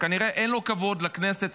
כנראה אין לו כבוד לכנסת,